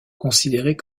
considérés